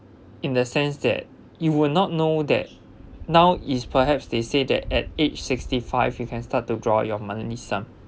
in the sense that you would not know that now is perhaps they say that at age sixty five you can start to draw your monthly sum